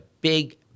big